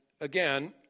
again